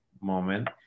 moment